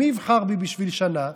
מי יבחר בי בשביל שנה?